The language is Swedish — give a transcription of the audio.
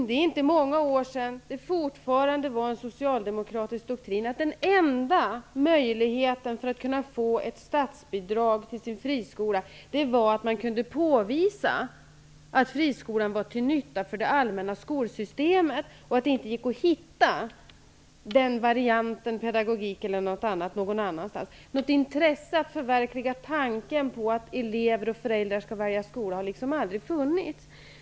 Det är inte många år sedan det fortfarande var en socialdemokratisk doktrin att den enda möjligheten för att få ett statsbidrag till en friskola var att skolan kunde påvisa att den var till nytta för det allmänna skolsystemet och att det inte gick att få tillgång till den pedagogiken e.d. någon annanstans. Något intresse att förverkliga tanken på att elever och föräldrar skall få välja skola har aldrig funnits.